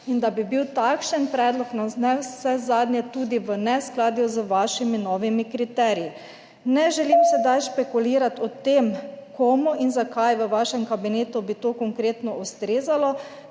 in da bi bil takšen predlog navsezadnje tudi v neskladju z vašimi novimi kriteriji. Ne želim sedaj špekulirati o tem, komu in zakaj bi v vašem kabinetu to konkretno ustrezalo,